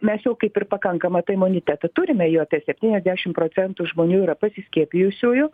mes jau kaip ir pakankamą tą imunitetą turime jau apie septyniasdešim procentų žmonių yra pasiskiepijusiųjų